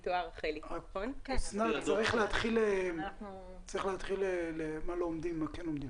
אסנת, צריך להתחיל במה כן עומדים